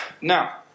Now